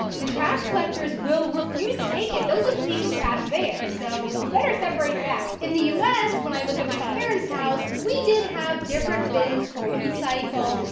the trash collectors will refuse to take it. they'll just leave the trash there, so you better separate it out. in the u s, when i lived at my parents' house, we did have different bins for recycle,